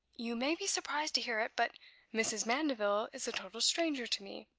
you may be surprised to hear it but mrs. mandeville is a total stranger to me.